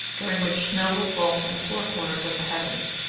during which snow will fall from the four corners of the heavens,